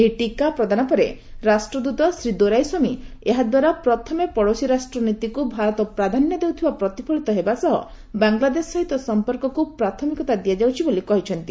ଏହି ଟିକା ପ୍ରଦାନ ପରେ ରାଷ୍ଟ୍ରଦୂତ ଶ୍ରୀ ଦୋରାଇସ୍ୱାମୀ ଏହାଦ୍ୱାରା 'ପ୍ରଥମେ ପଡ଼ୋଶୀ ରାଷ୍ଟ୍ର' ନୀତିକୁ ଭାରତ ପ୍ରାଧାନ୍ୟ ଦେଉଥିବା ପ୍ରତିଫଳିତ ହେବା ସହ ବାଂଲାଦେଶ ସହିତ ସମ୍ପର୍କକୁ ପ୍ରାଥମିକତା ଦିଆଯାଉଛି ବୋଲି କହିଛନ୍ତି